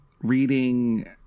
reading